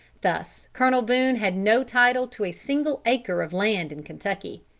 thus colonel boone had no title to a single acre of land in kentucky.